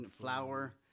flour